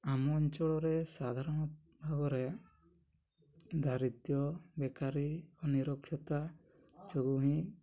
ଆମ ଅଞ୍ଚଳରେ ସାଧାରଣତଃ ଭାବରେ ଦାରିଦ୍ୟ ବେକାରୀ ଓ ନିରକ୍ଷରତା ଯୋଗୁଁ ହିଁ